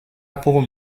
pour